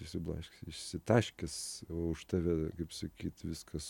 išsiblaškęs išsitaškęs už tave kaip sakyt viskas